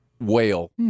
whale